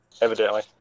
evidently